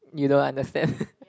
you don't understand